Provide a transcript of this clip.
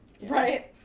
Right